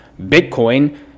Bitcoin